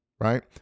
right